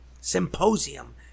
symposium